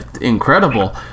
incredible